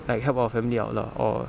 like help our family out lah or